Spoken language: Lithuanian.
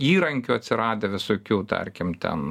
įrankių atsiradę visokių tarkim ten